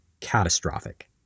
catastrophic